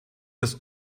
das